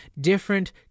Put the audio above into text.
different